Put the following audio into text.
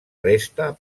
resta